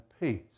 peace